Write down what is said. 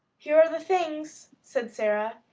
here are the things, said sara,